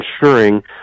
ensuring